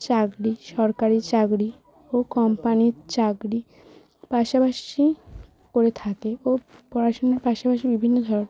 চাকরি সরকারি চাকরি ও কোম্পানির চাকরি পাশাপাশি করে থাকে ও পড়াশোনার পাশাপাশি বিভিন্ন ধরনের